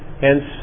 Hence